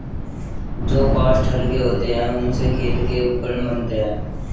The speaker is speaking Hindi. जो काष्ठ हल्के होते हैं, उनसे खेल के उपकरण बनते हैं